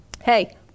hey